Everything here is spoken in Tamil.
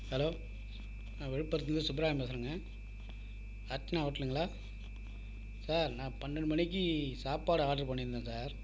ஹலோ நான் விழுப்புரத்தில் இருந்து சுப்பராயன் பேசுகிறேங்க அர்ச்சனா ஹோட்டலுங்களா சார் நான் பன்னெண்டு மணிக்கு சாப்பாடு ஆர்டரு பண்ணி இருந்தேன் சார்